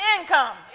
income